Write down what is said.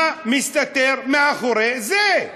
מה מסתתר מאחורי זה?